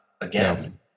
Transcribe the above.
again